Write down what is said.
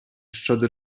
щодо